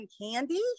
candy